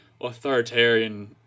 authoritarian